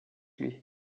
lui